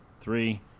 three